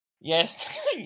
Yes